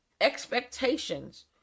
expectations